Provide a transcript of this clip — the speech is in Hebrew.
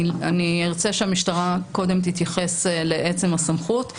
אני ארצה שהמשטרה תתייחס לעצם הסמכות.